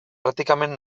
pràcticament